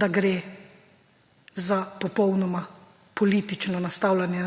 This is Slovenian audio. da gre za poponoma politično nastavljanje